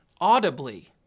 audibly